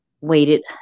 waited